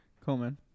Coleman